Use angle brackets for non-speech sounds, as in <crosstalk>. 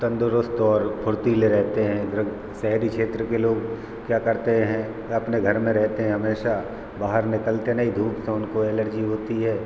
तंदुरुस्त और फुर्तीले रहते हैं <unintelligible> शहरी क्षेत्र के लोग क्या करते हैं अपने घर में रहते हैं हमेशा बाहर निकलते नहीं धूप से उनको एलर्जी होती है